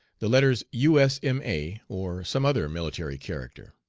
the letters u. s. m. a, or some other military character.